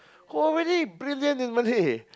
who are really brilliant in Malay